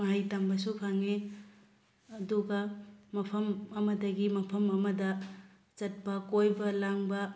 ꯃꯍꯩ ꯇꯝꯕꯁꯨ ꯐꯪꯉꯤ ꯑꯗꯨꯒ ꯃꯐꯝ ꯑꯃꯗꯒꯤ ꯃꯐꯝ ꯑꯃꯗ ꯆꯠꯄ ꯀꯣꯏꯕ ꯂꯥꯡꯕ